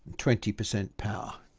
twenty percent power.